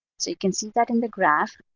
so you can see that in the graph.